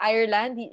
Ireland